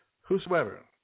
Whosoever